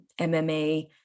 MMA